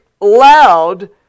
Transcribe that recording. loud